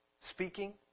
speaking